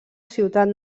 ciutat